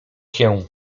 się